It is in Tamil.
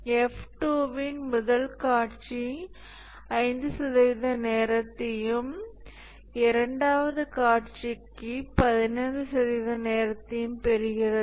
F2 இன் முதல் காட்சி 5 சதவிகித நேரத்தையும் இரண்டாவது காட்சிக்கு 15 சதவிகித நேரத்தையும் பெறுகிறது